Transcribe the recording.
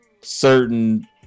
certain